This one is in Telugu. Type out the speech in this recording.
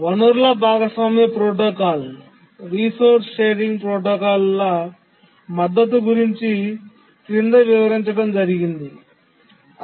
వనరుల భాగస్వామ్య ప్రోటోకాల్ ల మద్దతు గురించి క్రింద వివరించడం అయినది